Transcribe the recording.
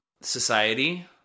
society